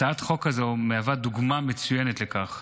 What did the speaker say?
הצעת חוק זו מהווה דוגמה מצוינת לכך.